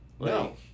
No